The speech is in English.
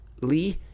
Lee